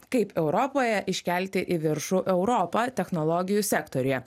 kaip europoje iškelti į viršų europą technologijų sektoriuje